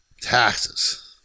taxes